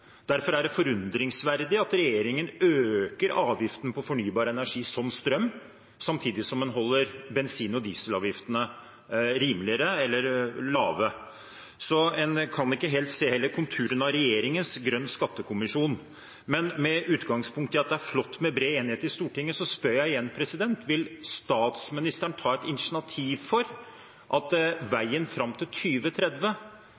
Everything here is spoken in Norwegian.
Derfor er det forunderlig at regjeringen øker avgiften på fornybar energi som strøm samtidig som en holder bensin- og dieselavgiftene lave. Så kan en heller ikke helt se konturene av regjeringens grønne skattekommisjon, men med utgangspunkt i at det er flott med bred enighet i Stortinget, spør jeg igjen: Vil statsministeren ta et initiativ for at veien fram til